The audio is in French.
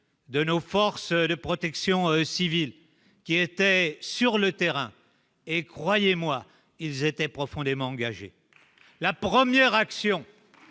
de nos forces de protection civile qui était sur le terrain et croyez-moi, ils étaient profondément engagé la première action,